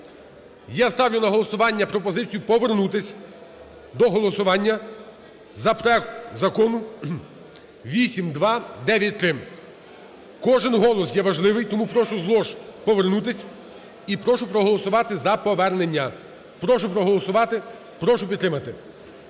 Я ставлю на голосування пропозицію повернутись до голосування за проект Закону 8293. Кожен голос є важливий, тому прошу з лож повернутись і прошу проголосувати за повернення. Прошу проголосувати, прошу підтримати.